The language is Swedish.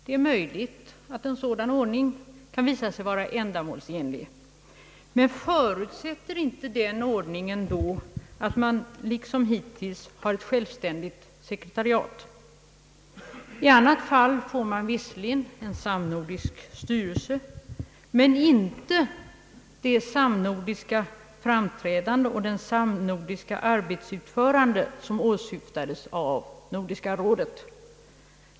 Det är möjligt att en sådan ordning kan visa sig ändamålsenlig, men förutsätter inte den ordningen att man liksom hittills har ett självständigt sekretariat? I annat fall får man visserligen en samnordisk styrelse men inte det samnordiska framträdande och det samnordiska ut förande som åsyftats av Nordiska rådet.